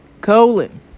Colon